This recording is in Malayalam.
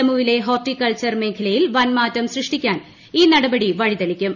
ജമ്മുവിലെ ഹോർട്ടികൾച്ചർ മേഖലയിൽ വൻമാറ്റം സൃഷ്ടിക്കാൻ ഈ നടപടി വഴി തെളിക്കും